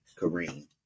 kareem